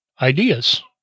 ideas